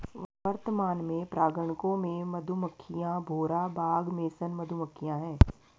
वर्तमान में परागणकों में मधुमक्खियां, भौरा, बाग मेसन मधुमक्खियाँ है